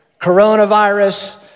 coronavirus